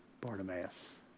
Bartimaeus